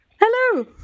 Hello